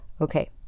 okay